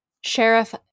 Sheriff